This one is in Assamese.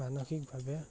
মানসিকভাৱে